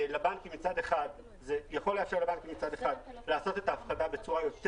מצד אחד זה יכול לאפשר לבנקים לעשות את ההפחתה בצורה יותר